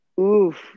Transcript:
Oof